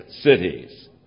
cities